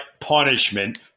punishment